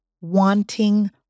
wanting